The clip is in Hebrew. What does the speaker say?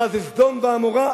מה, זה סדום ועמורה?